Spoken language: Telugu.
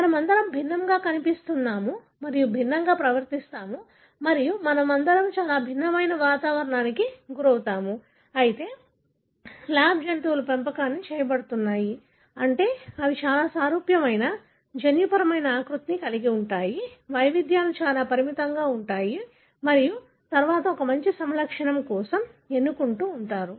మనమందరం భిన్నంగా కనిపిస్తున్నాము మనమందరం భిన్నంగా ప్రవర్తిస్తాము మరియు మనమందరం చాలా భిన్నమైన వాతావరణానికి గురవుతాము అయితే ల్యాబ్ జంతువులు పెంపకం చేయబడుతున్నాయి అంటే అవి చాలా సారూప్య జన్యుపరమైన ఆకృతిని కలిగి ఉంటాయి వైవిధ్యాలు చాలా పరిమితంగా ఉంటాయి మరియు తరువాత మీరు ఒక మంచి సమలక్షణం కోసం ఎన్నుకుంటూ ఉంటారు